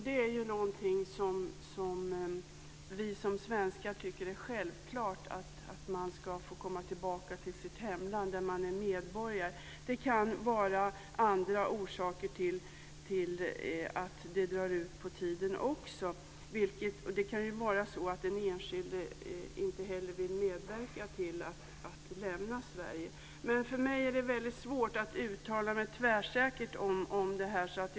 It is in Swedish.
Att man ska få komma tillbaka till sitt hemland där man är medborgare är något som vi svenskar tycker är självklart. Det kan också finnas andra orsaker till att det drar ut på tiden. Den enskilde kanske inte heller vill medverka till att lämna Sverige. För mig är det svårt att uttala mig tvärsäkert om detta.